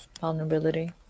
vulnerability